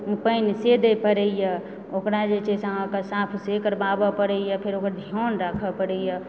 पानि से दए पड़ैए तऽ ओकरा जे छै से अहाँकेँ साफ से करबाबै पड़ैए फेर ओकर ध्यान राखए पड़ैए